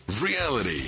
Reality